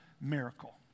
miracle